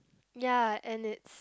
ya and it's